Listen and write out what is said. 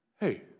hey